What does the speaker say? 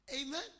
Amen